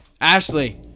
Ashley